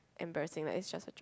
embarrassing like it's just a job